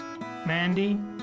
Mandy